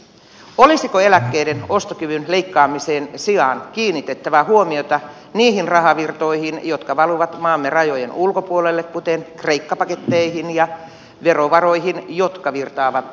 olisiko eläkkeiden ostokyvyn leikkaamisen sijaan kiinnitettävä huomiota niihin rahavirtoihin jotka valuvat maamme rajojen ulkopuolelle kuten kreikka paketteihin ja verovaroihin jotka virtaavat veroparatiiseihin